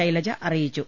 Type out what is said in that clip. ശൈലജ അറിയിച്ചു